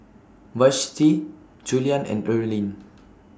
Vashti Juliann and Earlene